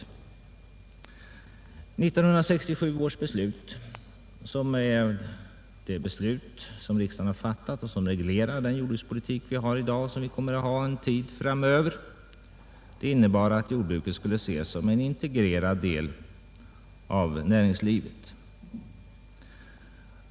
Det av riksdagen år 1967 fattade beslutet, som reglerar den jordbrukspolitik vi har i dag och som vi kommer att ha en tid framöver, innebar att jordbruket skulle ses som en integrerad del av näringslivet.